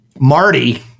Marty